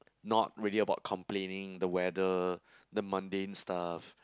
not really about complaining the weather the mundane stuff